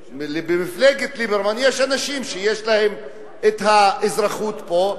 שבמפלגת ליברמן יש אנשים שיש להם אזרחות פה,